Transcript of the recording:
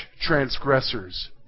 transgressors